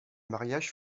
mariage